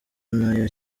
n’aya